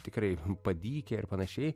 tikrai padykę ir panašiai